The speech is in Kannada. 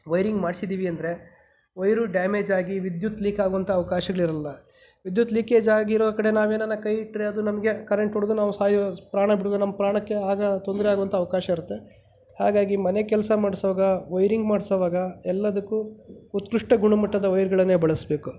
ವೈರಿಂಗ್ ಮಾಡ್ಸಿದ್ದೀವಿ ಅಂದರೆ ವೈರು ಡ್ಯಾಮೇಜ್ ಆಗಿ ವಿದ್ಯುತ್ ಲೀಕ್ ಆಗೋಂಥ ಅವ್ಕಾಶಗ್ಳು ಇರೋಲ್ಲ ವಿದ್ಯುತ್ ಲೀಕೇಜ್ ಆಗಿರೋ ಕಡೆ ನಾವೇನಾರ ಕೈ ಇಟ್ಟರೆ ಅದು ನಮಗೆ ಕರೆಂಟ್ ಹೊಡೆದು ನಾವು ಸಾಯೋ ಪ್ರಾಣ ಬಿಡುವ ನಮ್ಮ ಪ್ರಾಣಕ್ಕೆ ಆಗ ತೊಂದರೆ ಆಗೋಂಥ ಅವಕಾಶ ಇರುತ್ತೆ ಹಾಗಾಗಿ ಮನೆ ಕೆಲಸ ಮಾಡ್ಸೋವಾಗ ವೈರಿಂಗ್ ಮಾಡಿಸುವಾಗ ಎಲ್ಲದಕ್ಕೂ ಉತ್ಕ್ರಷ್ಟ ಗುಣಮಟ್ಟದ ವೈರ್ಗಳನ್ನೇ ಬಳಸಬೇಕು